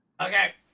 Okay